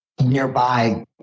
nearby